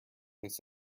this